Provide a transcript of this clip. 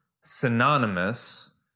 synonymous